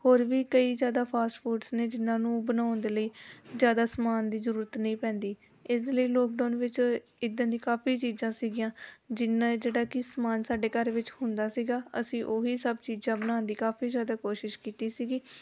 ਹੋਰ ਵੀ ਕਈ ਜ਼ਿਆਦਾ ਫਾਸਟ ਫੂਡਸ ਨੇ ਜਿਹਨਾਂ ਨੂੰ ਬਣਾਉਣ ਦੇ ਲਈ ਜ਼ਿਆਦਾ ਸਾਮਾਨ ਦੀ ਜ਼ਰੂਰਤ ਨਹੀਂ ਪੈਂਦੀ ਇਸ ਦੇ ਲਈ ਲੋਕਡਾਊਨ ਵਿੱਚ ਇੱਦਾਂ ਦੀਆਂ ਕਾਫੀ ਚੀਜ਼ਾਂ ਸੀਗੀਆਂ ਜਿੰਨਾ ਜਿਹੜਾ ਕਿ ਸਾਮਾਨ ਸਾਡੇ ਘਰ ਵਿੱਚ ਹੁੰਦਾ ਸੀਗਾ ਅਸੀਂ ਉਹੀ ਸਭ ਚੀਜ਼ਾਂ ਬਣਾਉਣ ਦੀ ਕਾਫੀ ਜ਼ਿਆਦਾ ਕੋਸ਼ਿਸ਼ ਕੀਤੀ ਸੀਗੀ